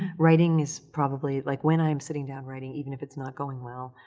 writing is probably, like, when i'm sitting down writing even if it's not going well,